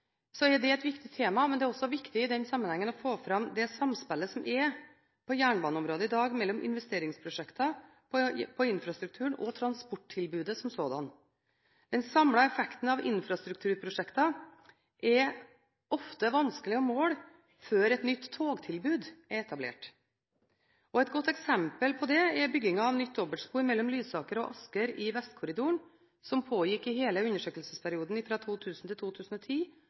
tema. Men det er også viktig i den sammenhengen å få fram det samspillet som er på jernbaneområdet i dag, mellom investeringsprosjekter på infrastrukturen og transporttilbudet som sådan. Den samlede effekten av infrastrukturprosjekter er ofte vanskelig å måle før et nytt togtilbud er etablert. Et godt eksempel på det er byggingen av et nytt dobbeltspor mellom Lysaker og Asker i Vestkorridoren, som pågikk i hele undersøkelsesperioden 2000–2010, og som ble ferdigstilt i